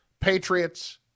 Patriots